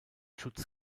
schutz